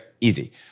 easy